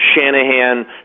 Shanahan